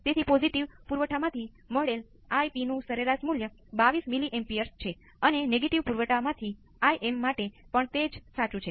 તેથી સમય અચળાંક 1 ભાંગ્યા R × c છે